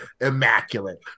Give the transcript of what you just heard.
immaculate